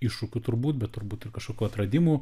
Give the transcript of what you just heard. iššūkių turbūt bet turbūt ir kažkokių atradimų